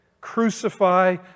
crucify